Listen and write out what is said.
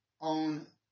on